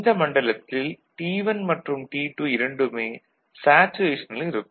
இந்த மண்டலத்தில் T1 மற்றும் T2 இரண்டுமே சேச்சரேஷனில் இருக்கும்